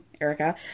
Erica